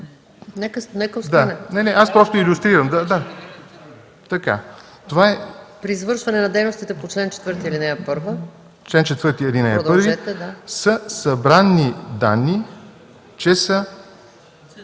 при извършване на дейностите по чл. 4, ал. 1, са събрани данни, че са